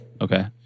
Okay